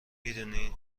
میدونی